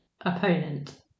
opponent